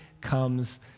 comes